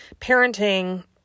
parenting